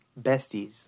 besties